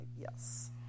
yes